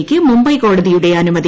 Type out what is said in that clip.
യ്ക്ക് മുംബൈ കോടതിയുടെ അനുമതി